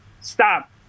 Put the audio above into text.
stop